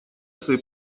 свои